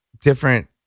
different